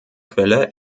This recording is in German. quelle